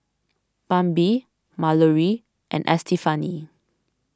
Bambi Malorie and Estefani